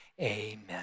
amen